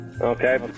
Okay